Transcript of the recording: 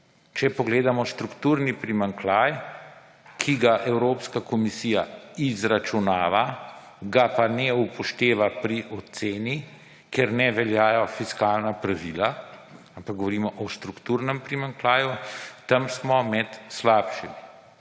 Če pogledamo strukturni primanjkljaj, ki ga Evropska komisija izračunava, ga pa ne upošteva pri oceni, ker ne veljajo fiskalna pravila, ampak govorimo o strukturnem primanjkljaju, tam smo med slabšimi,